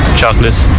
chocolate